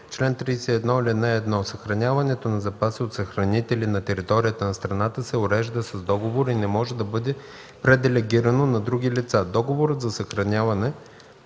чл. 31: „Чл. 31. (1) Съхраняването на запаси от съхранители на територията на страната се урежда с договор и не може да бъде пределегирано на други лица. Договорът за съхраняване